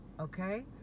okay